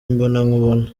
imbonankubone